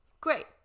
Great